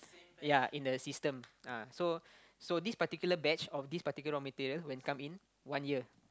ya in the system uh so so this particular batch of this particular raw material when come in one year